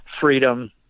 freedom